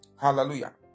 Hallelujah